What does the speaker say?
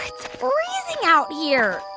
it's freezing out here.